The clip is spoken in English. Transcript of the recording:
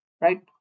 right